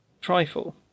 trifle